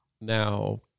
Now